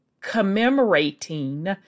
commemorating